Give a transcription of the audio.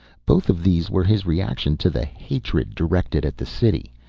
both of these were his reaction to the hatred directed at the city.